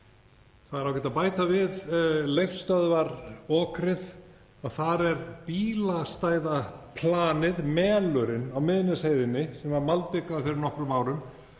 Það er ágætt að bæta við Leifsstöðvarokrið að þar er bílastæðaplan, melurinn á Miðnesheiðinni, sem var malbikað fyrir nokkrum árum